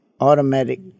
automatic